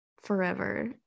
forever